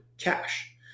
cash